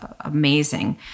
amazing